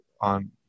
on